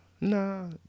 No